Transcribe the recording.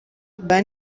ban